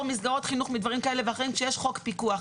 מסגרות חינוך מדברים כאלה ואחרים כשיש חוק פיקוח.